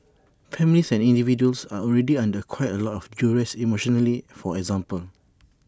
families and individuals are already under quite A lot of duress emotionally for example